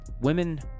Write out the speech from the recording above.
women